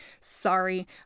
sorry